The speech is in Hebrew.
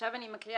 עכשיו אני מקריאה,